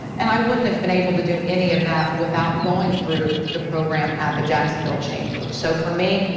and i wouldn't have been able to do any of that without going through the program at the jacksonville chamber. so for me,